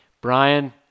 Brian